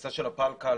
בנושא הפלקל